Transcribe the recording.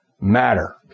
matter